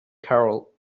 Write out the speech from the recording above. carol